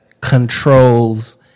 controls